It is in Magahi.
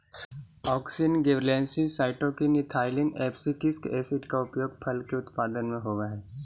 auxin, gibberellins, cytokinin, ethylene, abscisic acid के उपयोग फल के उत्पादन में होवऽ हई